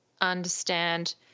understand